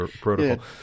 protocol